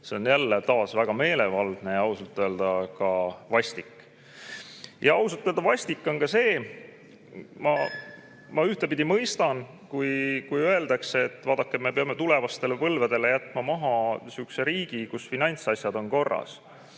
seostada on väga meelevaldne ja ausalt öelda ka vastik. Ja ausalt öelda vastik on ka see, ma ühtpidi mõistan, kui öeldakse, et me peame tulevastele põlvedele jätma maha sihukese riigi, kus finantsasjad on korras.